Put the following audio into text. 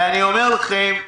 ואני אומר לכם,